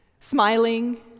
Smiling